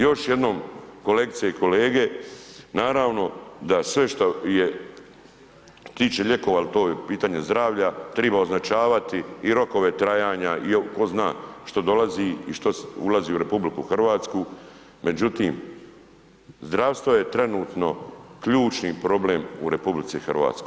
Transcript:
Još jednom kolegice i kolege, naravno da sve što je, tiče lijekova jer to je pitanje zdravlja, treba označavati i rokove trajanja i tko zna što dolazi i što ulazi u RH, međutim, zdravstvo je trenutno ključni problem u RH.